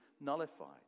nullified